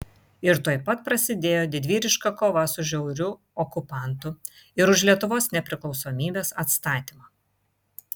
ir tuoj pat prasidėjo didvyriška kova su žiauriu okupantu ir už lietuvos nepriklausomybės atstatymą